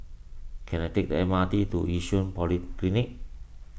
can I take the M R T to Yishun Polyclinic